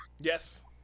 Yes